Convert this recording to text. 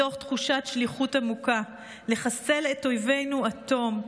מתוך תחושת שליחות עמוקה לחסל את אויבינו עד תום,